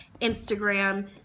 Instagram